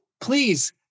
please